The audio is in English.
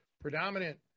predominant